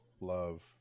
love